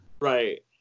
Right